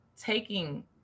taking